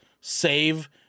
save